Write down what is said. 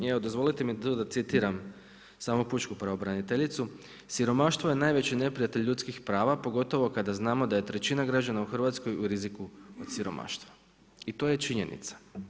Evo dozvolite mi tu da citiram samu pučku pravobraniteljicu: „Siromaštvo je najveći neprijatelj ljudskih prava pogotovo kada znamo da je trećina građana u Hrvatskoj u riziku od siromaštva.“ I to je činjenica.